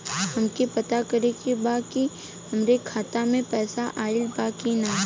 हमके पता करे के बा कि हमरे खाता में पैसा ऑइल बा कि ना?